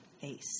face